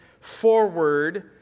forward